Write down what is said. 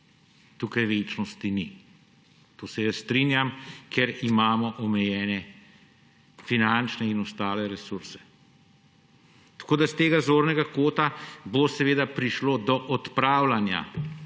Tukaj večnosti ni, s tem se jaz strinjam, ker imamo omejene finančne in ostale resurse. Tako da bo s tega zornega kota seveda prišlo do odpravljanja